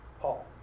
Paul